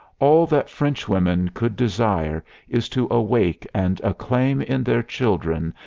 all that frenchwomen could desire is to awake and acclaim in their children,